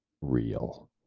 real